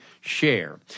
share